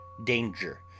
danger